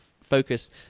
focus